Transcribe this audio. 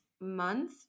month